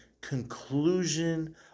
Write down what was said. conclusion